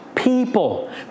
People